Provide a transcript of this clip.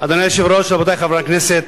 אדוני היושב-ראש, רבותי חברי הכנסת,